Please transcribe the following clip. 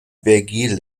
vergil